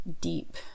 deep